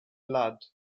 blood